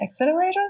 accelerators